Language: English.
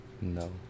No